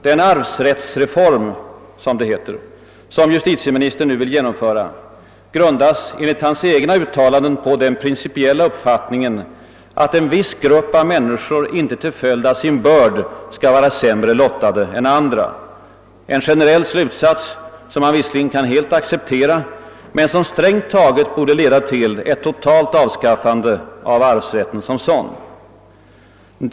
Den arvsrättsreform — som det heter — som justitieministern nu vill genomföra grundas enligt hans egna uttalan den »på den principiella uppfattningen att en viss grupp människor inte till föjd av sin börd skall vara sämre lottade än andra» — en generell slutsats som man visserligen kan acceptera men som strängt taget borde leda till ett totalt avskaffande av arvsrätten som sådan.